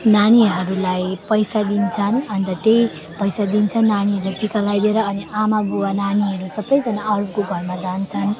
नानीहरूलाई पैसा दिन्छन् अन्त त्यही पैसा दिन्छन् नानीहरू टिका लगाइदिएर अन्त आमाबुबा नानीहरू सबैजना अरूको घरमा जान्छन्